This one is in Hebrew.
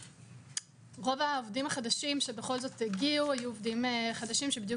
רוב העובדים החדשים שבכל זאת הגיעו היו עובדים חדשים שבדיוק